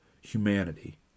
humanity